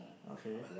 okay